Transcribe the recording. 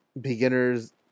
beginner's